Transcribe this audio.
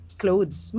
clothes